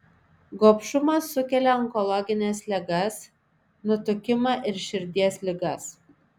gobšumas sukelia onkologines ligas nutukimą ir širdies ligas